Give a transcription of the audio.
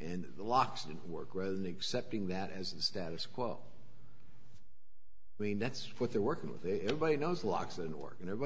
and the locks didn't work rather than accepting that as the status quo i mean that's what they're working with everybody knows locks and organ everybody